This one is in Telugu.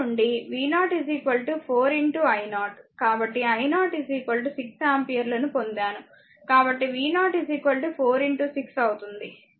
కాబట్టి i0 6 ఆంపియర్ల ను పొందాను కాబట్టి v0 4 6 అవుతుంది